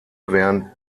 während